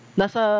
nasa